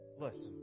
Listen